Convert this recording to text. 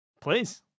Please